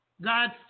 God